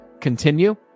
continue